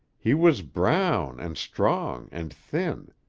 he was brown and strong and thin!